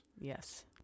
yes